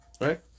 right